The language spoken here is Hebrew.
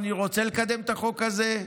אני רוצה לקדם את החוק הזה.